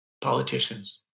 politicians